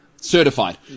Certified